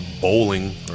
bowling